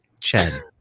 Chen